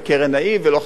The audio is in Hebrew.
לבסיס התקציב.